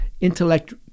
intellect